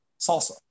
salsa